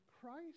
Christ